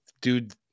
Dude